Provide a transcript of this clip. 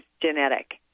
genetic